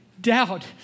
doubt